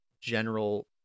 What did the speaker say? general